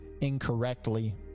incorrectly